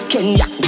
Kenya